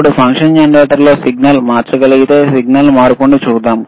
ఇప్పుడు ఫంక్షన్ జెనరేటర్లో సిగ్నల్ మార్చగలిగితే సిగ్నల్ మార్పును చూద్దాం